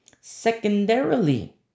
Secondarily